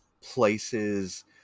places